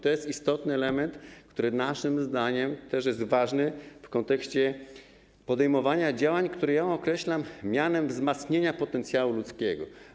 To istotny element, który naszym zdaniem jest też ważny w kontekście podejmowania działań, które określam mianem wzmocnienia potencjału ludzkiego.